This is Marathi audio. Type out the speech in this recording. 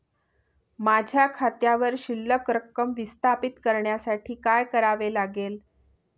माझ्या खात्यावर शिल्लक रक्कम व्यवस्थापित करण्यासाठी काय करावे लागेल?